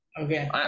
Okay